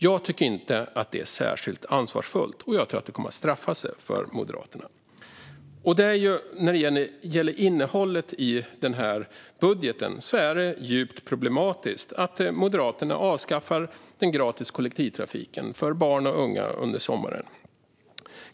Jag tycker inte att detta är särskilt ansvarsfullt, och det kommer för Moderaternas del att straffa sig. När det gäller innehållet i denna budget är det djupt problematiskt att Moderaterna avskaffar gratis kollektivtrafik under sommaren för barn och unga.